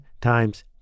times